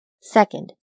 Second